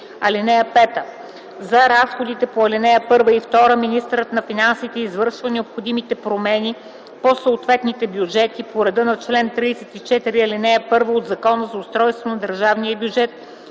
(5) За разходите по ал. 1 и 2 министърът на финансите извършва необходимите промени по съответните бюджети по реда на чл. 34, ал. 1 от Закона за устройството на държавния бюджет